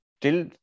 till